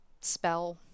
spell